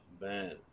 man